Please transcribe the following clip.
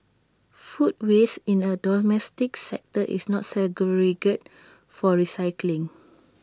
food waste in A domestic sector is not segregated for recycling